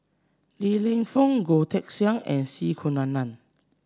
Li Lienfung Goh Teck Sian and C Kunalan